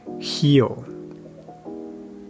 heal